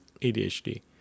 ADHD